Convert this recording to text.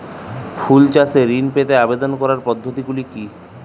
ফুল চাষে ঋণ পেতে আবেদন করার পদ্ধতিগুলি কী?